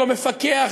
לא מפקח,